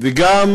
וגם